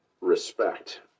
respect